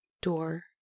door